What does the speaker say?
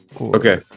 okay